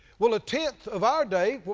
well a tenth of our day,